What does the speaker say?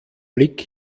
blick